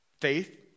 faith